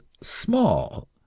small